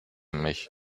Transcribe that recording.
mich